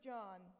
John